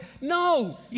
No